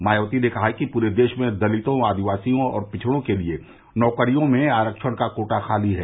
मायावती ने कहा पूरे देश में दलितों आदिवासियों और पिछड़ों के लिये नौकरियों में आरक्षण का कोटा खाली है